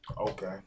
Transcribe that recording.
Okay